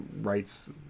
rights